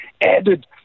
added